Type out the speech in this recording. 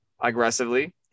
aggressively